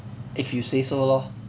if you say so lor